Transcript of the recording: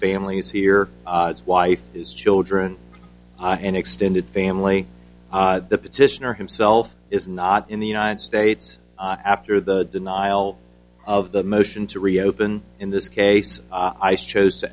families here wife is children and extended family the petitioner himself is not in the united states after the denial of the motion to reopen in this case ice chose to